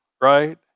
right